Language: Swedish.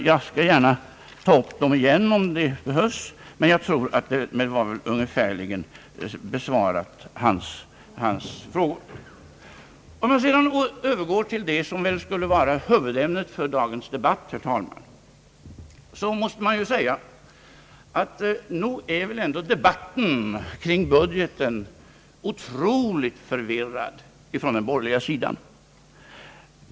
Jag skall gärna ta upp dem igen, om det behövs. Jag tror dock att jag ungefärligen har besvarat hans frågor. Om jag sedan övergår till det som väl skulle vara huvudämnet för dagens debatt, herr talman, måste jag säga att debatten kring budgeten väl ändå är otroligt förvirrad från den borgerliga sidan.